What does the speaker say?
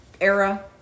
Era